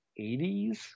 80s